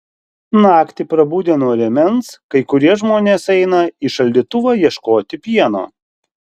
naktį prabudę nuo rėmens kai kurie žmonės eina į šaldytuvą ieškoti pieno